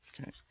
Okay